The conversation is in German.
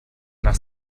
nach